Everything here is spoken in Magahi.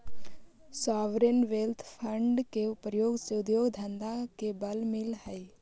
सॉवरेन वेल्थ फंड के प्रयोग से उद्योग धंधा के बल मिलऽ हई